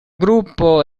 gruppo